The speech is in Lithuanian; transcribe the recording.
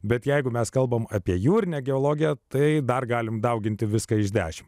bet jeigu mes kalbame apie jūrinę geologiją tai dar galime dauginti viską iš dešimt